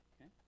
Okay